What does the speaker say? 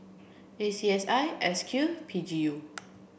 A C S I S Q P G U